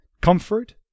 comfort